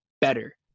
better